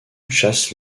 chasse